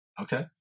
Okay